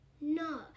No